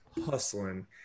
hustling